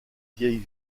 vieilles